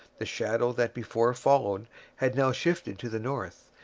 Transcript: the shadow that before followed had now shifted to the north,